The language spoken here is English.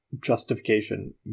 justification